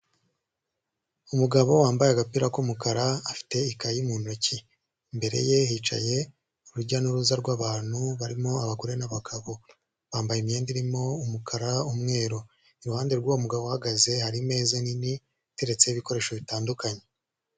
Umugabo wambaye agapira k'umukara afite ikayi mu ntoki, imbere ye hicaye urujya n'uruza rw'abantu barimo abagore n'abagabo bambaye imyenda irimo umukara n'umweru, iruhande rw'uwo mugabo uhagaze hari imeza nini iteretse ibikoresho bitandukanye.